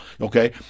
okay